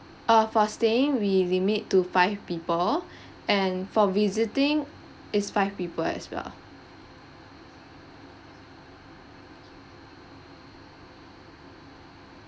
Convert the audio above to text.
uh for staying we limit to five people and for visiting it's five people as well